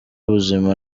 ubuzima